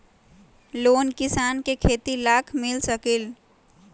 Loan किसान के खेती लाख मिल सकील?